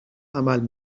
عمل